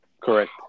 Correct